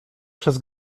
przez